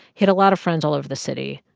he had a lot of friends all over the city.